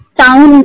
town